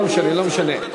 לא משנה.